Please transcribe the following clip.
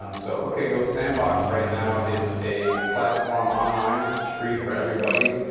um so ok go sandbox, right now, is a platform online, it's free for everybody.